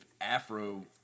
afro